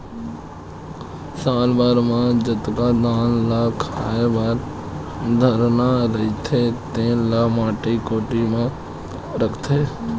साल भर म जतका धान ल खाए बर धरना रहिथे तेन ल माटी कोठी म राखथे